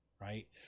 right